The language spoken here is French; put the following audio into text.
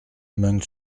meung